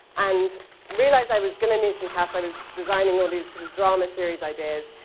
and realized i was going to need some cash. i was designing all these sort of drama series ideas,